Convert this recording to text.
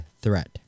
threat